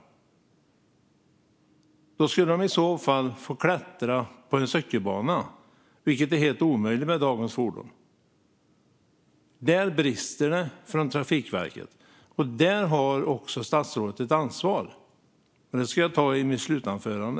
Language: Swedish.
I så fall skulle de få klättra på en cykelbana, vilket är helt omöjligt med dagens fordon. Där brister det från Trafikverket, och där har också statsrådet ett ansvar. Jag återkommer till det i mitt slutanförande.